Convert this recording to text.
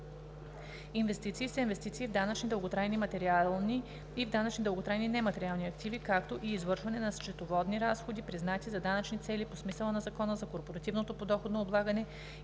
„Инвестиции“ са инвестиции в данъчни дълготрайни материални и в данъчни дълготрайни нематериални активи, както и извършване на счетоводни разходи, признати за данъчни цели по смисъла на Закона за корпоративното подоходно облагане